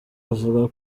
avuga